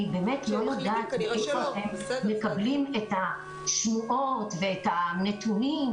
אני באמת לא יודעת מאיפה אתם מקבלים את השמועות ואת הנתונים.